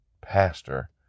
pastor